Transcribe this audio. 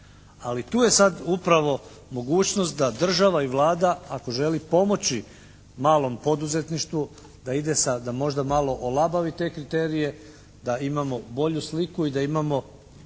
ali tu je sada upravo mogućnost da država i Vlada ako želi pomoći malom poduzetništvu da ide sa, da možda malo olabavi te kriterije da imamo bolju sliku i da imamo